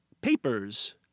Papers